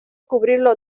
cubrirlo